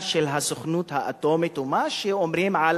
של הסוכנות האטומית או מה שאומרים על